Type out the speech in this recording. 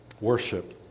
Worship